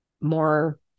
more